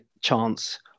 chance